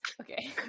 Okay